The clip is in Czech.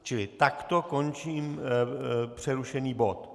Čili takto končím přerušený bod.